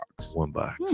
Onebox